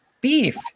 beef